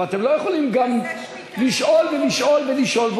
אבל אתם לא יכולים גם לשאול ולשאול ולשאול,